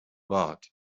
bought